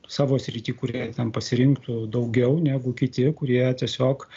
savo srity kurią jie ten pasirinktų daugiau negu kiti kurie tiesiog